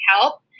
help